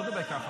לא לדבר ככה.